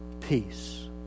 peace